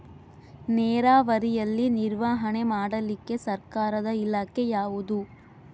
ನೇರಾವರಿಯಲ್ಲಿ ನಿರ್ವಹಣೆ ಮಾಡಲಿಕ್ಕೆ ಸರ್ಕಾರದ ಇಲಾಖೆ ಯಾವುದು?